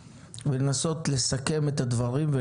טוב.